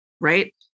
right